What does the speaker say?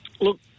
look